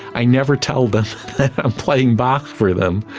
i never tell them that i'm playing bach for them,